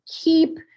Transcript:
keep